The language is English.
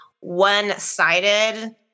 one-sided